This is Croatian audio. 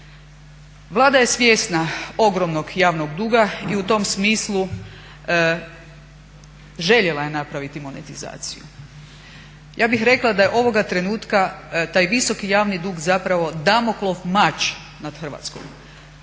Vlada je svjesna ogromnog javnog duga i u tom smislu željela je napraviti monetizaciju. Ja bih rekla da ovoga trenutka taj visoki javni dug je zapravo Damoklov mač nad Hrvatskom.